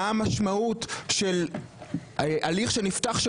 מה המשמעות של הליך שנפתח,